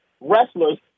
wrestlers